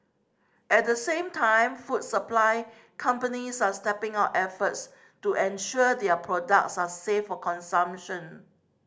at the same time food supply companies are stepping up efforts to ensure their products are safe for consumption